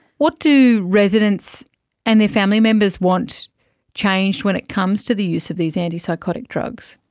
what do residents and their family members want changed when it comes to the use of these antipsychotic drugs?